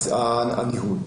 מבחינת הניהול,